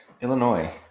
Illinois